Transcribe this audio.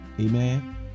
amen